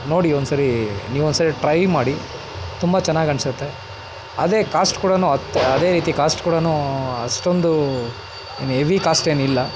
ನೋಡಿ ಒನ್ಸರಿ ನೀವೊನ್ಸರಿ ಟ್ರೈ ಮಾಡಿ ತುಂಬ ಚೆನ್ನಾಗನ್ಸತ್ತೆ ಅದೇ ಕಾಸ್ಟ್ ಕೂಡ ಅತ್ತ ಅದೇ ರೀತಿ ಕಾಸ್ಟ್ ಕೂಡ ಅಷ್ಟೊಂದು ಏನು ಎವಿ ಕಾಸ್ಟೇನಿಲ್ಲ